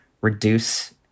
reduce